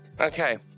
Okay